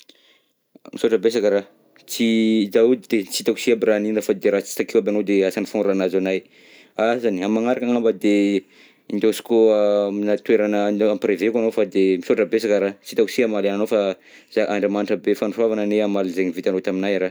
Misaotra besaka ra, tsy hita hoe, de tsy hitako si aby raha hanina fa de raha sy takeo aby agnao de asany foagna raha nahazo anahy. Azany amy manaraka angamba de indaosiko aminà toerana, ampireveko agnao, fa de misaotra besaka ra, sy hitako si amaliana anao fa za, Andriamanitra be fanisoavana anie hamaly zegny vitanao taminay ra.